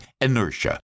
Inertia